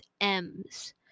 M's